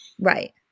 Right